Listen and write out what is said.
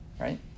right